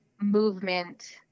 movement